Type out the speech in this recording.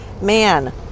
Man